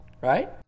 right